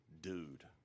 dude